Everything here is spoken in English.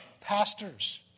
pastors